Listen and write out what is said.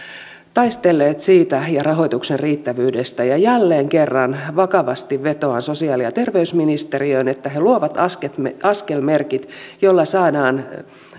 taistelleet siitä ja rahoituksen riittävyydestä ja jälleen kerran vakavasti vetoan sosiaali ja terveysministeriöön että he luovat askelmerkit askelmerkit joilla saadaan